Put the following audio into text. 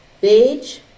beige